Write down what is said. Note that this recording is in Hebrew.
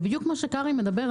זה בדיוק מה שקרעי אומר.